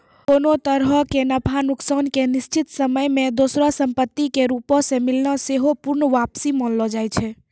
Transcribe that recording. कोनो तरहो के नफा नुकसान के निश्चित समय मे दोसरो संपत्ति के रूपो मे मिलना सेहो पूर्ण वापसी मानलो जाय छै